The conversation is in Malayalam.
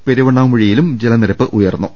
പെരുവണ്ണാമൂഴി യിലും ജലനിരപ്പ് ഉയർന്നു